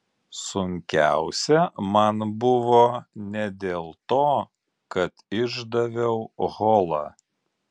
sunkiausia man buvo ne dėl to kad išdaviau holą